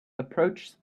approached